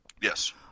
Yes